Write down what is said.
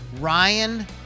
ryan